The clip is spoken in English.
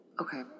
Okay